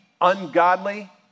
ungodly